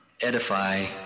edify